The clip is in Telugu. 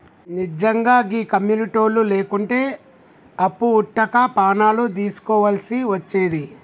నిజ్జంగా గీ కమ్యునిటోళ్లు లేకుంటే అప్పు వుట్టక పానాలు దీస్కోవల్సి వచ్చేది